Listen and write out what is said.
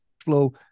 flow